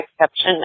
exception